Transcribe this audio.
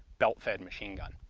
belt-fed machine gun.